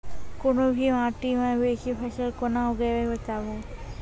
कूनू भी माटि मे बेसी फसल कूना उगैबै, बताबू?